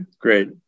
Great